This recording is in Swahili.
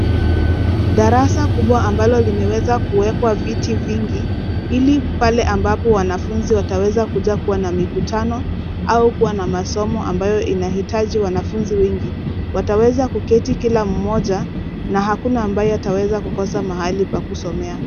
Darasa kubwa ambalo limeweza kuwekwa viti vingi ili pale ambapo wanafunzi wataweza kuja kuwa na mikutano au kuwa na masomo ambayo inahitaji wanafunzi wengi. Wataweza kuketi kila mmoja na hakuna ambaye ataweza kukosa mahali pa kusomea.